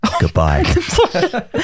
goodbye